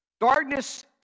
Darkness